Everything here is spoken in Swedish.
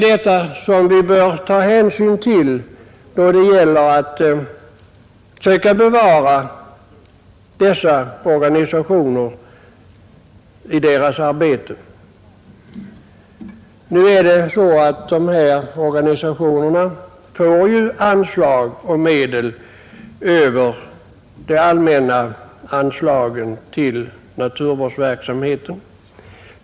Detta bör vi ta hänsyn till då det gäller att söka bevara dessa organisationer och deras arbete. Nu är det så att dessa organisationer får medel över de allmänna anslagen till naturvårdsverksamheten.